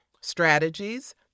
strategies